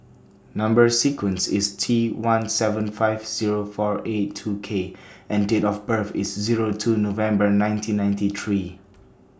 Number sequence IS T one seven five Zero four eight two K and Date of birth IS Zero two November nineteen ninety three